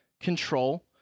control